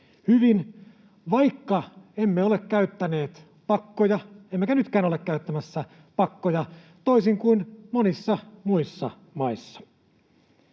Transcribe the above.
pakkoja, emmekä nytkään ole käyttämässä pakkoja, toisin kuin monissa muissa maissa.